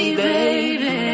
baby